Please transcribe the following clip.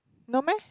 no meh